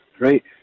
right